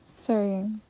sorry